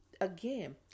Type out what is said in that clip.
again